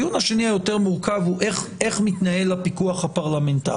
הדיון השני היותר מורכב הוא איך מתנהל הפיקוח הפרלמנטרי.